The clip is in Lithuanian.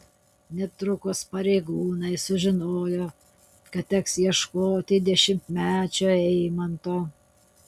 netrukus pareigūnai sužinojo kad teks ieškoti dešimtmečio eimanto